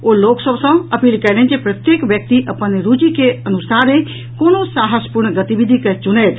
ओ लोक सभ सॅ अपील कयलनि जे प्रत्येक व्यक्ति अपनी रूचि के अनुसारे कोनो साहसपूर्ण गतिविधि के चुनथि